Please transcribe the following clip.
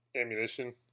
ammunition